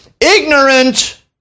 ignorant